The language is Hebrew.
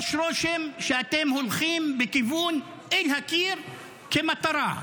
יש רושם שאתם הולכים בכיוון אל הקיר כמטרה.